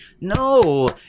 no